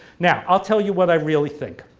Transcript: now, i'll tell you what i really think.